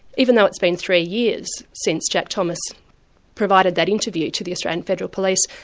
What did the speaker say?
even though it's been three years since jack thomas provided that interview to the australian federal police,